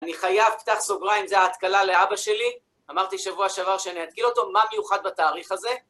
אני חייב, פתח סוגריים, זה ההתקלה לאבא שלי. אמרתי שבוע שעבר שאני אתקּיל אותו, מה מיוחד בתאריך הזה?